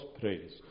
praise